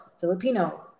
filipino